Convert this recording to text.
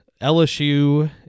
LSU